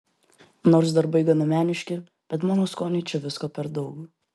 nors darbai gana meniški bet mano skoniui čia visko per daug